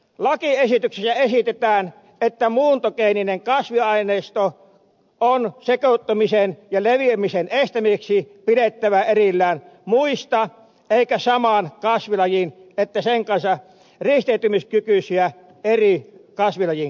lakiesityksessä esitetään että muuntogeeninen kasviaineisto on sekoittumisen ja leviämisen estämiseksi pidettävä erillään muista sekä saman kasvilajin että sen kanssa risteytymiskykyisistä eri kasvilajien kasveista